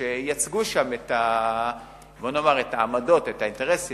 שייצגו שם את העמדות, האינטרסים